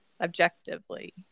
objectively